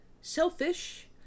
selfish